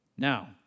Now